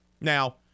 Now